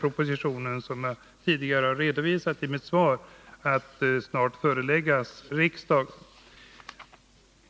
Propositionen kommer, som jag har redovisat i mitt svar tidigare, snart att föreläggas riksdagen.